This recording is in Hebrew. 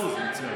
אני אגיד לך,